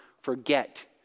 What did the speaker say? forget